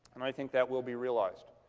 and i think that will be realized.